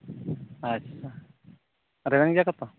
ᱟᱪᱪᱷᱟ ᱨᱮᱵᱮᱱ ᱜᱮᱭᱟ ᱠᱚᱛᱚ